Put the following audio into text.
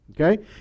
Okay